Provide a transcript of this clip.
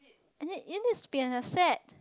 and then it needs to be in a set